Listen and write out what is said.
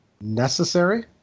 Necessary